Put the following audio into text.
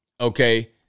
Okay